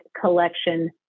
collection